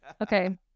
Okay